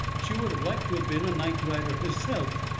she would of like to been a night-rider herself.